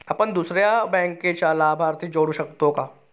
आपण दुसऱ्या बँकेचा लाभार्थी जोडू शकतो का?